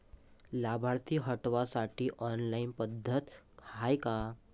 लाभार्थी हटवासाठी ऑनलाईन पद्धत हाय का?